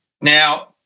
Now